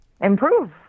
improve